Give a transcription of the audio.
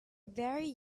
very